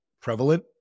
prevalent